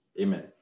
Amen